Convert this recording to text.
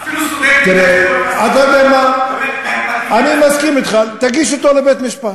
אפילו סוגי, אני מסכים אתך, תגיש אותו לבית-משפט.